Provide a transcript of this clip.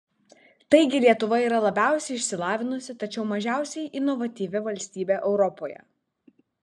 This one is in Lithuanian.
taigi lietuva yra labiausiai išsilavinusi tačiau mažiausiai inovatyvi valstybė europoje